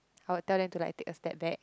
I would tell them to like take a step back